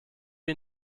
wie